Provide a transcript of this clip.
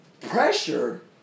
pressure